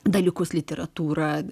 dalykus literatūrą